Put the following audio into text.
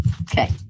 Okay